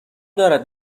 دارد